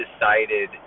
decided